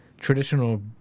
traditional